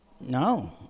No